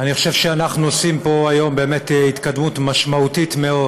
אני חושב שאנחנו עושים פה היום באמת התקדמות משמעותית מאוד